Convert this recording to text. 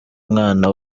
umwana